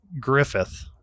Griffith